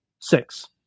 Six